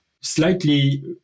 slightly